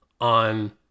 on